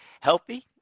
healthy